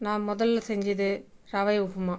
நான் முதல்ல செஞ்சது ரவை உப்புமா